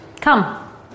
Come